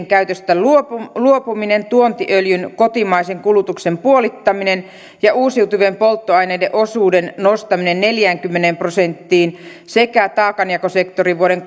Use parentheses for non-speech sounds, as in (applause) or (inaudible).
(unintelligible) käytöstä luopuminen tuontiöljyn kotimaisen kulutuksen puolittaminen ja uusiutuvien polttoaineiden osuuden nostaminen neljäänkymmeneen prosenttiin sekä taakanjakosektorin vuoden (unintelligible)